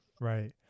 Right